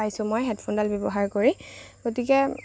পাইছো মই হেডফোনডাল ব্যৱহাৰ কৰি গতিকে